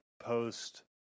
post